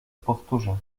powtórzę